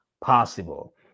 possible